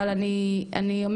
אבל אני אומרת,